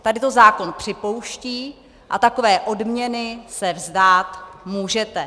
Tady to zákon připouští a takové odměny se vzdát můžete.